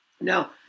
Now